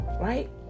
Right